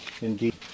Indeed